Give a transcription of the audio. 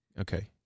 Okay